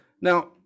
Now